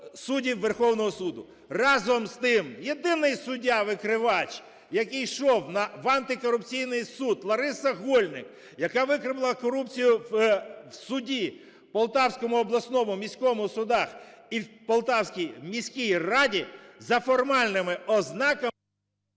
суддів Верховного Суду. Разом з тим, єдиний суддя-викривач, який йшов в антикорупційний суд, Лариса Гольник, яка викрила корупцію в суді – в Полтавському обласному, міському судах – і в Полтавській міській раді, за формальними ознаками…